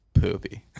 poopy